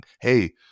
hey